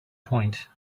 point